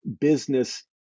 business